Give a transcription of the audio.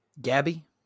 Gabby